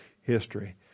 history